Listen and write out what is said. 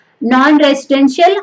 non-residential